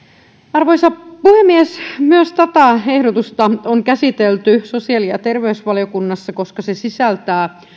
arvoisa puhemies myös tätä ehdotusta on käsitelty sosiaali ja terveysvaliokunnassa koska se sisältää